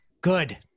Good